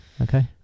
okay